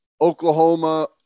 Oklahoma